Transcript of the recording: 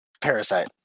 Parasite